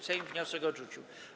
Sejm wniosek odrzucił.